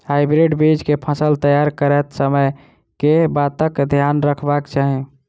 Hybrid बीज केँ फसल तैयार करैत समय कऽ बातक ध्यान रखबाक चाहि?